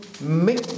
make